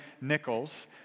Nichols